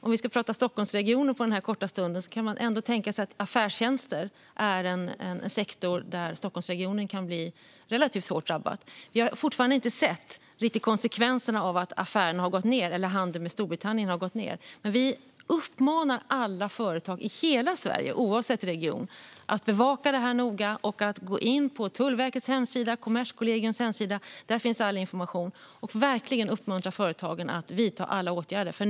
Om vi ska tala om Stockholmsregionen på den här korta stunden kan man ändå tänka sig att affärstjänster är en sektor där Stockholmsregionen kan bli relativt hårt drabbad. Vi har fortfarande inte riktigt sett konsekvenserna av att handeln med Storbritannien har gått ned. Vi uppmanar alla företag i hela Sverige, oavsett region, att bevaka detta noga och att gå in på Tullverkets och Kommerskollegiums hemsidor. Där finns all information. Vi vill verkligen uppmuntra företagen att vidta alla åtgärder.